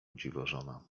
dziwożona